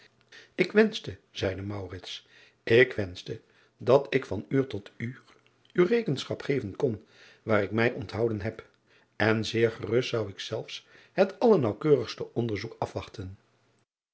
k wenschte zeide ik wenschte dat ik van uur tot uur u rekenschap geven kon waar ik mij onthouden heb en zeer gerust zou ik zelfs het allernaauwkeurigste onderzoek afwachten